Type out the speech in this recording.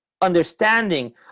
understanding